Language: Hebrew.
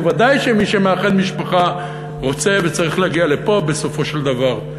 ודאי שמי שמאחד משפחה רוצה וצריך להגיע לפה בסופו של דבר.